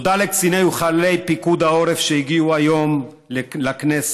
תודה לקציני ולחיילי פיקוד העורף שהגיעו היום לכנסת.